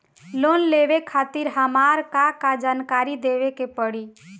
Loan लेवे खातिर हमार का का जानकारी देवे के पड़ी?